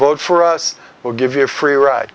vote for us we'll give you a free ride